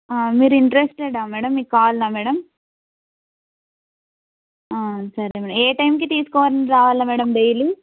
మీరు ఇంట్రెస్టెడ్ ఆ మేడం మీకు కావాల్నా మేడం సరే మేడం ఏ టైంకి తీసుకోవాలనికి రావాలి మేడం డైలీ